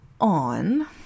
on